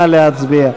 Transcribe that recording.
נא להצביע.